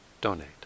donate